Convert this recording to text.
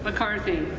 McCarthy